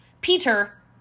Peter